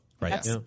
Right